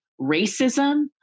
racism